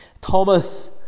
Thomas